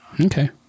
Okay